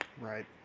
Right